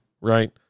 Right